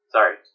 Sorry